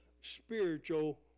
spiritual